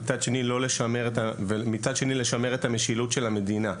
ומצד שני לשמר את המשילות של המדינה.